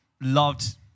loved